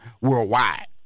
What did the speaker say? worldwide